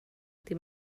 dim